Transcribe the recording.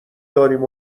داریم